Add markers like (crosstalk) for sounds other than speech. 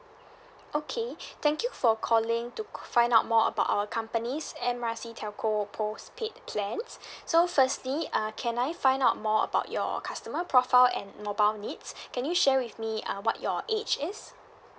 okay (breath) thank you for calling to find out more about our company's M R C telco postpaid plans (breath) so firstly uh can I find out more about your customer profile and mobile needs can you share with me uh what your age is